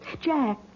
Jack